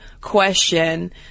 question